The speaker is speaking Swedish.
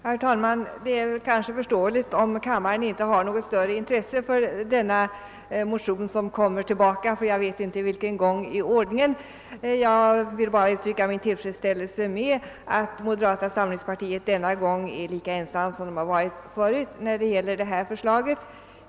Herr talman! Det är kanske förståeligt om kammaren inte har något större intresse för denna motion som nu återkommer — för vilken gång i ordningen vet jag inte. Jag vill också uttrycka min tillfredsställelse över att moderata samlingspartiet denna gång är lika ensamt som tidigare när det gäller detta förslag.